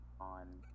on